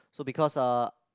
so because uh